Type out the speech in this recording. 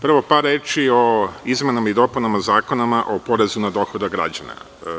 Prvo par reči o izmenama i dopunama Zakona o porezu na dohodak građana.